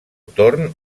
torn